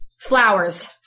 Flowers